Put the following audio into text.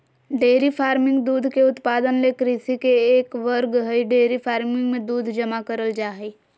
dairy farming दूध के उत्पादन ले कृषि के एक वर्ग हई डेयरी फार्मिंग मे दूध जमा करल जा हई